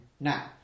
Now